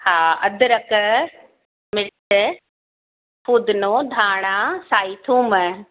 हा अदरक मिर्च पुदिनो धाणा साही थूम